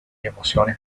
emociones